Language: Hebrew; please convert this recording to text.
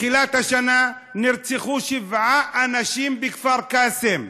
תחילת השנה נרצחו שבעה אנשים בכפר קאסם,